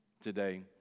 today